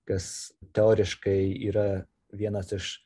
kas teoriškai yra vienas iš